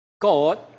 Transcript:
God